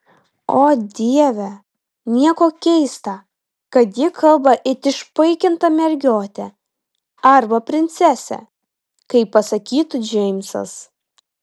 o dieve nieko keista kad ji kalba it išpaikinta mergiotė arba princesė kaip pasakytų džeimsas